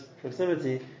proximity